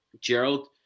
Gerald